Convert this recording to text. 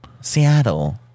Seattle